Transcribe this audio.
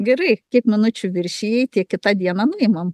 gerai kiek minučių viršijai tiek kitą dieną nuimam